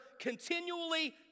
continually